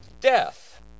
death